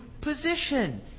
position